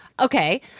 Okay